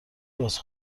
واسه